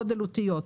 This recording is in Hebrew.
גודל אותיות.